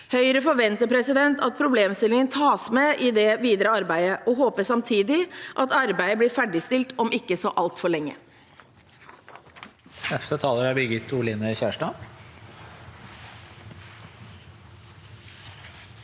Høyre forventer at problemstillingen tas med i det videre arbeidet, og håper samtidig at arbeidet blir ferdigstilt om ikke så altfor lenge.